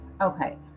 okay